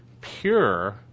pure